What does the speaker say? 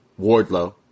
Wardlow